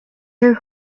her